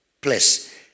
place